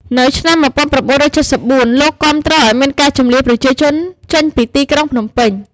នៅឆ្នាំ ១៩៧៤ លោកគាំទ្រឱ្យមានការជម្លៀសប្រជាជនចេញពីទីក្រុងភ្នំពេញ ។